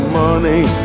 money